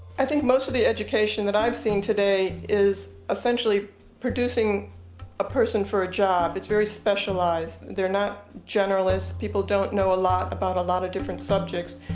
i think most of the education, that i've seen today, is essentially producing a person for a job. it's very specialized. they're not generalists. people don't know a lot about a lot of different subjects.